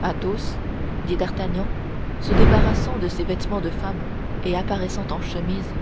d'inquiétude athos dit d'artagnan se débarrassant de ses vêtements de femme et apparaissant en chemise